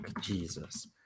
Jesus